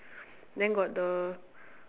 then got the